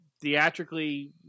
theatrically